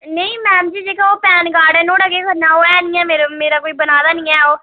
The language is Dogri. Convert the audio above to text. नेईं मै'म जी जेह्का ओ पैन कार्ड ऐ नोआढ़ा केह् करना ओ है निं ऐ मेरे मेरा कोई बना दा निं है ओ